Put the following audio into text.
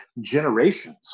generations